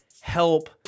help